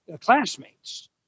classmates